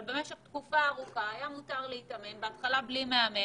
אבל במשך תקופה ארוכה היה מותר להתאמן - בהתחלה בלי מאמן,